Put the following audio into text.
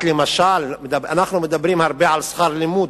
למשל, בהורדה, אנחנו מדברים הרבה על שכר לימוד,